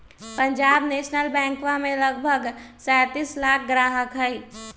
Punjab National बैंकवा के लगभग सैंतीस लाख ग्राहक हई